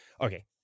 Okay